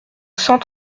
cent